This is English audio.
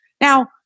Now